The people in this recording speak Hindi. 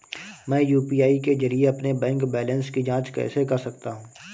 मैं यू.पी.आई के जरिए अपने बैंक बैलेंस की जाँच कैसे कर सकता हूँ?